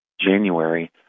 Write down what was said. January